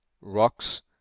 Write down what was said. rocks